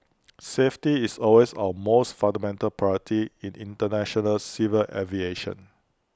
safety is always our most fundamental priority in International civil aviation